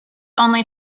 only